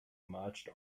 marched